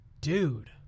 dude